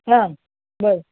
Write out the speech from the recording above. हं बरं